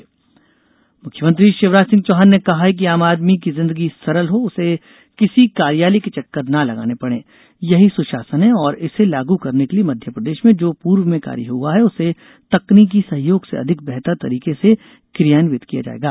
CM सुशासन मुख्यमंत्री शिवराज सिंह चौहान ने कहा है कि आम आदमी की जिन्दगी सरल हो उसे किसी कार्यालय के चक्कर न लगाने पड़े यही सुशासन है और इसे लागू करने के लिए मध्यप्रदेश में जो पूर्व में कार्य हुआ है उसे तकनीकी सहयोग से अधिक बेहतर तरीके से क्रियान्वित किया जाएगा